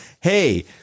hey